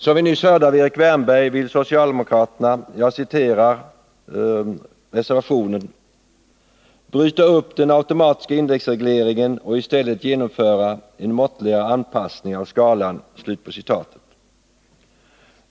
Som vi nyss hörde av Erik Wärnberg vill socialdemokraterna — jag citerar ur reservation 2 — ”bryta upp den automatiska indexregleringen och i stället genomföra en måttligare anpassning av skalan”.